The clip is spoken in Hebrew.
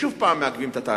ששוב מעכבים את המהלך.